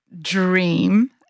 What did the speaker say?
dream